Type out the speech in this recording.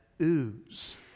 ooze